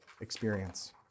experience